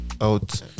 out